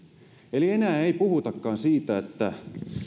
eli enää ei puhutakaan siitä että